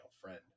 friend